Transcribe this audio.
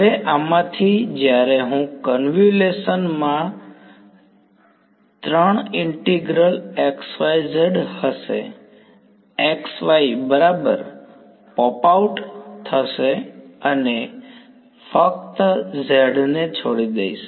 હવે આમાંથી જ્યારે હું આ કન્વ્યુલેશન માં 3 ઇન્ટિગ્રલ xyz હશે x y બરાબર પોપ આઉટ થશે અને ફક્ત z ને છોડી દઈશ